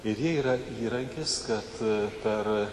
ir jie yra įrankis kad per